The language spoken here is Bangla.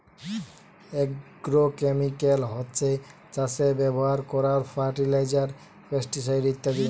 আগ্রোকেমিকাল হচ্ছে চাষে ব্যাভার কোরার ফার্টিলাইজার, পেস্টিসাইড ইত্যাদি